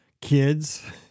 kids